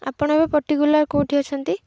ଆପଣ ଏବେ ପର୍ଟିକୁୁଲାର କୋଉଠି ଅଛନ୍ତି